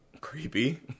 Creepy